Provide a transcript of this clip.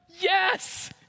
Yes